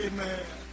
Amen